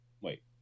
Wait